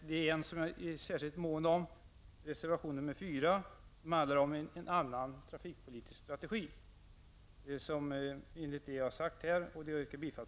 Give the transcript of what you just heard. Det är en som jag är särskilt mån om, reservation nr 4, som handlar om en annan trafikpolitisk strategi. Till denna reservation yrkar jag bifall.